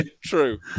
True